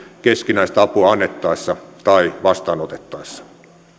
keskinäistä apua annettaessa tai vastaanotettaessa